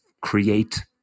create